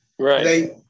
Right